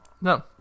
No